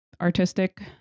artistic